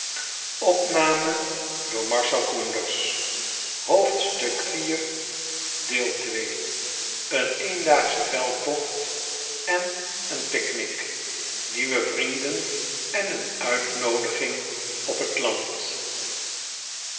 iv een eendaagsche veldtocht en een picknick nieuwe vrienden en een uitnoodiging op het land